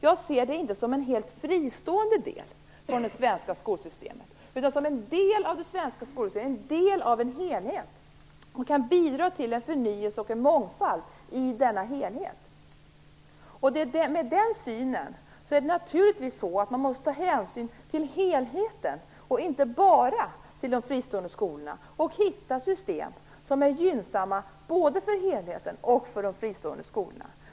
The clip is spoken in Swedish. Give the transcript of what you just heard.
Jag ser dem inte som en helt fristående del från det svenska skolsystemet, utan som en del av den helheten. De kan bidra till förnyelse och mångfald i denna helhet. Med den synen måste man naturligtvis ta hänsyn till helheten, och inte bara till de fristående skolorna. Man måste hitta system som är gynnsamma både för helheten och för de fristående skolorna.